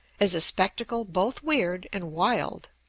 is a spectacle both weird and wild.